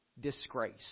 disgrace